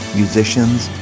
musicians